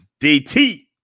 DT